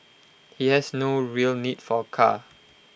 he has no real need for A car